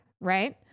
right